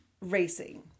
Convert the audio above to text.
racing